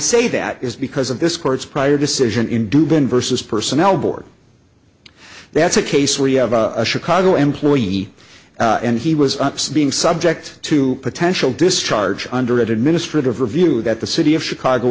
say that is because of this court's prior decision in dubin versus personnel board that's a case where you have a chicago employee and he was upset being subject to potential discharge under administrative review that the city of chicago